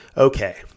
Okay